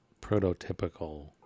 prototypical